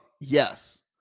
Yes